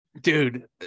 dude